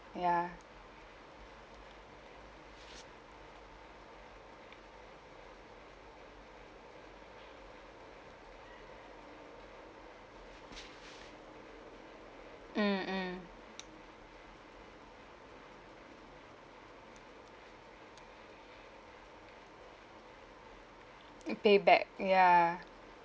ya mm mm mm payback ya